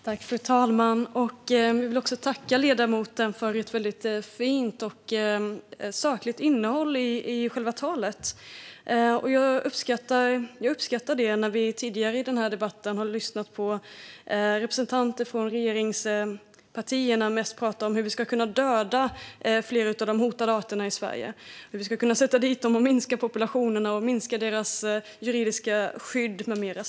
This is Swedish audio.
Fru talman! Jag vill tacka ledamoten för ett väldigt fint och sakligt innehåll i själva anförandet. Jag uppskattar det, då vi tidigare i den här debatten har hört representanter från regeringspartierna mest prata om hur vi ska kunna döda fler från de hotade arterna i Sverige, hur vi ska kunna sätta dit dem och minska populationerna och minska deras juridiska skydd med mera.